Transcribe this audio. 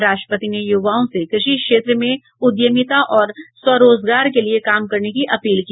राष्ट्रपति ने युवाओं से कृषि क्षेत्र में उद्यमिता और स्वरोजगार के लिये काम करने की अपील की